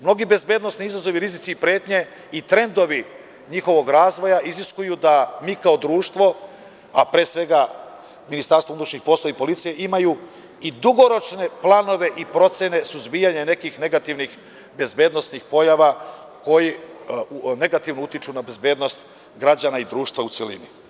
Mnogi bezbednosni izazovi i pretnje i rizici i trendovi njihovog razvoja iziskuju da mi kao društvo, a pre svega MUP i policija imaju i dugoročne planove i procene suzbijanja nekih negativnih bezbednosnih pojava koje negativno utiču na bezbednost građana i društva u celini.